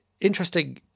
interesting